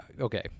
okay